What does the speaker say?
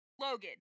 Logan